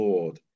Lord